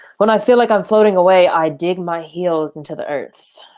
when i feel like i'm floating away, i dig my heels into the earth.